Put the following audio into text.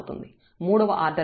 మూడవ ఆర్డర్ పదంలో t33